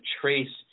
trace